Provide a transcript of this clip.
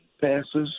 passes